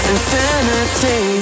Infinity